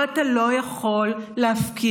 ואתה לא יכול להפקיר.